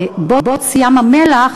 בוץ ים-המלח,